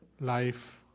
life